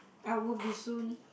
I would be soon